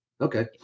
okay